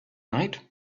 night